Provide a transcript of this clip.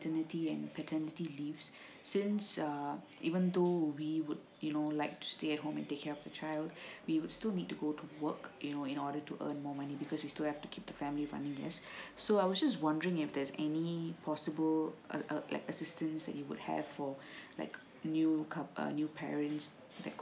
maternity and paternity leaves since um even though we would you know like to stay at home and take care of the child we will still need to go to work you know in order to earn money because we still have to keep the family running because so I was just wondering if there's any possible uh like assistance that you would have for like new couple uh new parents that could